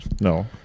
no